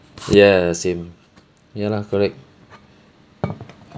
ya same ya lah correct